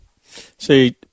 See